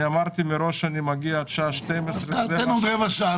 אני אמרתי מראש שאני מגיע עד 12:00. תן עוד רבע שעה,